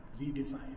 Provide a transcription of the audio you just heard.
redefine